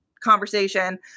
conversation